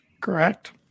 Correct